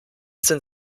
sind